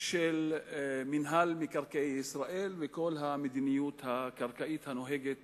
של מינהל מקרקעי ישראל וכל המדיניות הקרקעית הנוהגת